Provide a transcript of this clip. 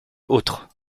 autres